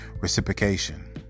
Reciprocation